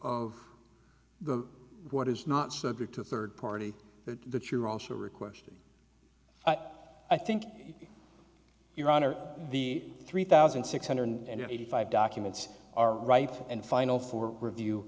of the what is not subject to third party that that you are also requesting i think your honor the three thousand six hundred and eighty five documents are right and final for review